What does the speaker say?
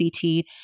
CT